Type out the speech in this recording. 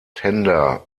tender